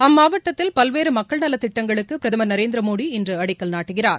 அம்மாவட்டத்தில் பல்வேறு மக்கள் நலத்திட்டங்களுக்கு பிரதமர் நரேந்திர மோதி இன்று அடிக்கல் நாட்டுகிறார்